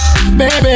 Baby